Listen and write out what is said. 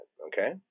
Okay